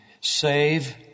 save